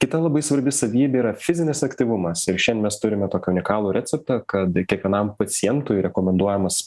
kita labai svarbi savybė yra fizinis aktyvumas ir šiandien mes turime tokį unikalų receptą kad kiekvienam pacientui rekomenduojamas